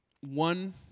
One